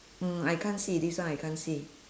mm I can't see this one I can't see